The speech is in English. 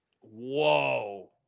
Whoa